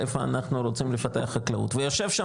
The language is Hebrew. איפה אנחנו רוצים לפתח חקלאות ויושב שם